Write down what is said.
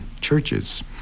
churches